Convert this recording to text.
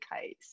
case